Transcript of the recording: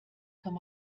kann